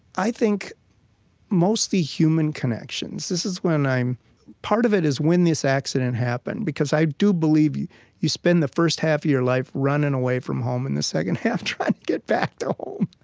i think mostly human connections. this is when i'm part of it is when this accident happened, because i do believe you you spend the first half of your life running away from home and the second half trying to get back to home.